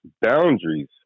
boundaries